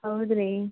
ಹೌದು ರೀ